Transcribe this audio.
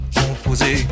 composé